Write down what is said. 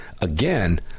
again